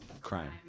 Crime